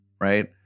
Right